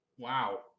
Wow